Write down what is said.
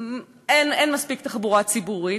אין מספיק תחבורה ציבורית,